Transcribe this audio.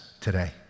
today